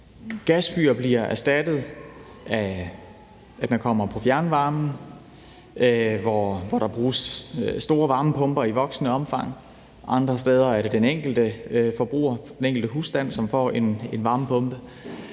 gasfyr bliver erstattet med fjernvarme, og der bruges store varmepumper i stigende omfang, mens det andre steder er den enkelte forbruger eller enkelte husstand, som får en varmepumpe;